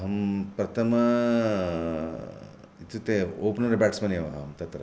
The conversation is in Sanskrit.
अहं प्रथमम् इत्युक्ते ओपेनर् ब्याट्स्मन् एव अहं तत्र